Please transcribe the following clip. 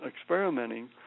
experimenting